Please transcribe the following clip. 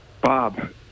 Bob